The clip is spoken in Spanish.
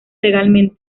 legalmente